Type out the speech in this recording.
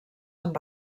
amb